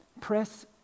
press